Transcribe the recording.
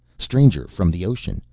stranger from the ocean.